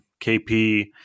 kp